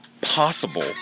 possible